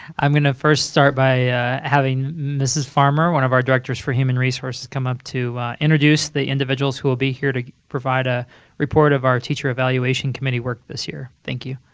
i'm going to first start by having mrs. farmer, one of our directors for human resources, come up to introduce the individuals who will be here to provide a report of our teacher evaluation committee work this year. thank you.